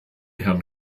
herrn